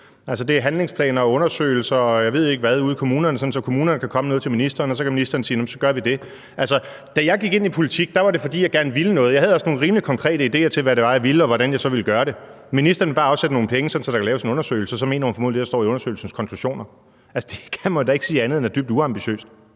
ikke hvad, ude i kommunerne, så kommunerne kan komme med noget til ministeren, og så kan ministeren sige, at så gør vi det. Da jeg gik ind i politik, var det, fordi jeg gerne ville noget, og jeg havde også nogle rimelig konkrete idéer til, hvad det var, jeg ville, og hvordan jeg ville gøre det. Ministeren vil bare afsætte nogle penge, så der kan laves en undersøgelse, og så mener hun formentlig det, der står i undersøgelsens konklusioner. Det kan man da ikke sige andet til, end at det er dybt uambitiøst.